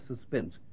suspense